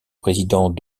président